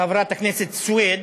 חברת הכנסת סויד,